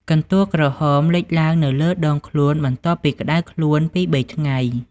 កន្ទួលក្រហមលេចឡើងនៅលើដងខ្លួនបន្ទាប់ពីក្តៅខ្លួនពីរបីថ្ងៃ។